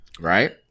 Right